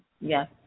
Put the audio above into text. Yes